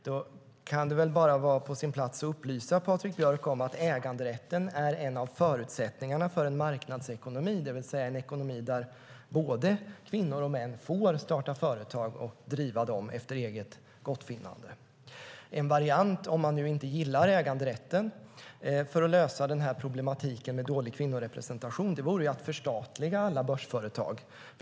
Då kan det vara på sin plats att upplysa Patrik Björck om att äganderätten är en av förutsättningarna för en marknadsekonomi, det vill säga en ekonomi där både kvinnor och män får starta företag och driva dem efter eget gottfinnande. En variant, om man nu inte gillar äganderätten, för att lösa problematiken med dålig kvinnorepresentation vore att förstatliga alla börsföretag.